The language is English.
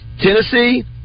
Tennessee